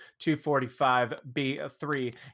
245B3